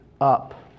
up